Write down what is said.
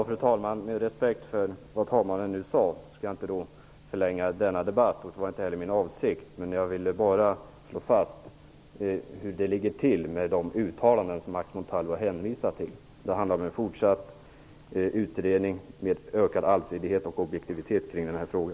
Fru talman! Med respekt för det som talmannen nu sade skall jag inte förlänga denna debatt. Det var inte heller min avsikt. Jag ville enbart slå fast hur det ligger till med de uttalanden som Max Montalvo hänvisat till. De handlar om en fortsatt utredning med ökad allsidighet och objektivitet kring denna fråga.